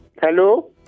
hello